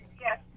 Yes